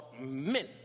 men